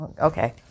okay